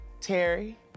Terry